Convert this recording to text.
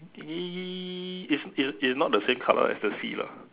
y~ it's it's not the same colour as the sea lah